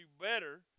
better